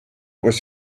was